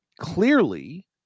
Clearly